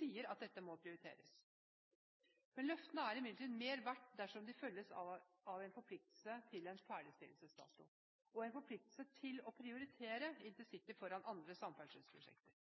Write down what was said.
sier at dette må prioriteres. Løftene er imidlertid mer verdt dersom de følges av en forpliktelse til en ferdigstillelsesdato og en forpliktelse til å prioritere intercity foran andre samferdselsprosjekter.